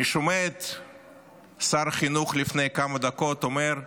אני שומע את שר החינוך לפני כמה דקות אומר: